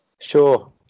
Sure